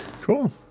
Cool